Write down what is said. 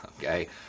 Okay